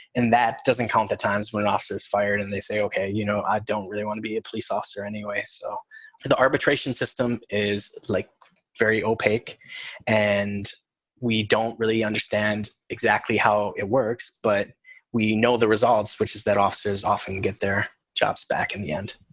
and that doesn't count the times when officers fired and they say, ok, you know, i don't really want to be a police officer anyway. so but the arbitration system is like very opaque and we don't really understand exactly how it works. but we know the results, which is that officers often get their jobs back in the end